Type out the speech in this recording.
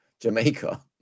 Jamaica